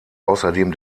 außerdem